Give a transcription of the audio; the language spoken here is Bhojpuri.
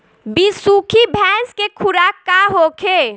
बिसुखी भैंस के खुराक का होखे?